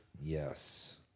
Yes